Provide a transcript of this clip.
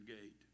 Gate